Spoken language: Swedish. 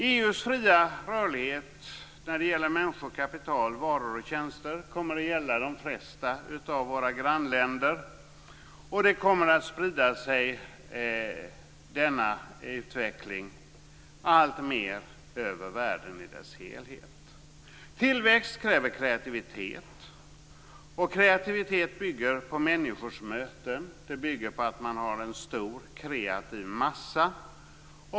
EU:s fria rörlighet när det gäller människor, kapital, varor och tjänster kommer att gälla de flesta av våra grannländer och denna utveckling kommer att sprida sig alltmer över världen i dess helhet. Tillväxt kräver kreativitet, och kreativitet bygger på människors möten. Det bygger på att man har en stor kreativ massa.